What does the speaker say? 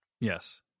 Yes